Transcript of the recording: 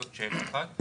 זאת שאלה אחת.